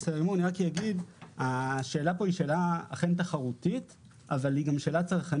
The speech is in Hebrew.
אני רק אומר שהשאלה כאן היא אכן שאלה תחרותית אבל היא גם שאלה צרכנית.